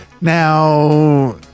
Now